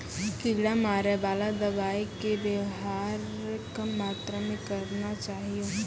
कीड़ा मारैवाला दवाइ के वेवहार कम मात्रा मे करना चाहियो